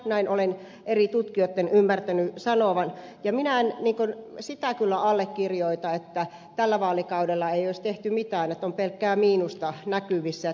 näin olen eri tutkijoitten ymmärtänyt sanovan ja minä en sitä kyllä allekirjoita että tällä vaalikaudella ei olisi tehty mitään että on pelkkää miinusta näkyvissä